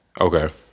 Okay